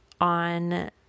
on